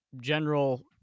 general